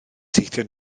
teithio